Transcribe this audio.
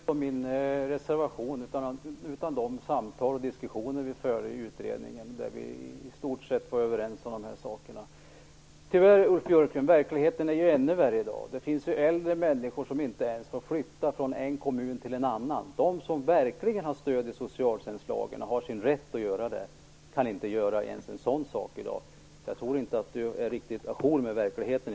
Fru talman! Jag talar inte om min reservation, utan om de samtal och diskussioner vi förde i utredningen. Där var vi ju i stort sett överens om detta. Tyvärr är verkligheten ännu värre i dag, Ulf Björklund. Det finns äldre människor som inte ens får flytta från en kommun till en annan. Inte ens de som verkligen har stöd i socialtjänstlagen och har sin rätt att flytta kan alltså göra det i dag. Jag tror inte att Ulf Björklund är riktigt à jour med verkligheten.